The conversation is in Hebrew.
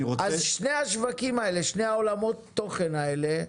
שני השווקים האלה, שני עולמות התוכן האלה,